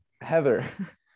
Heather